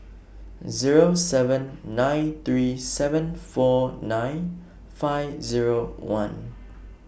Zero seven nine three seven four nine five Zero one